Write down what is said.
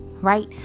Right